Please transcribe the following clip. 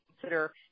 consider